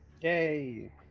Yay